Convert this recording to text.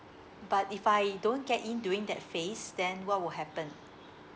but if I don't get in during that phase then what would happen